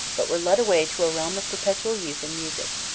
but were led away to a realm of perpetual youth and music.